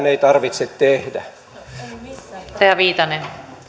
ei tarvitse tehdä